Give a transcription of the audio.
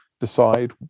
decide